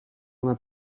una